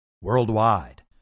worldwide